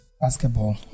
basketball